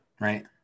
Right